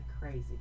crazy